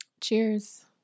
Cheers